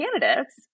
candidates